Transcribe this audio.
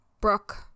Brooke